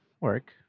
work